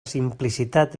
simplicitat